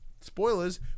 spoilers